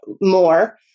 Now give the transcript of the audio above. more